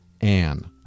Anne